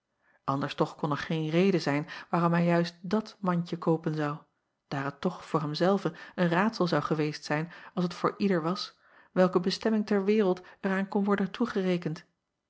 nders toch kon er geen reden zijn waarom hij juist dat mandje koopen zou daar het toch voor hem zelven een raadsel zou geweest zijn als het voor ieder was welke bestemming ter wereld er aan kon worden toegekend